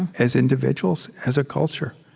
and as individuals, as a culture.